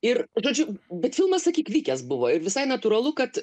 ir žodžiu bet filmas sakyk vykęs buvo ir visai natūralu kad